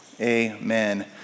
amen